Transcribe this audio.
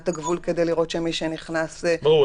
הגבול כדי לראות שמי שנכנס --- ברור,